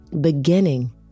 Beginning